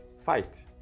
fight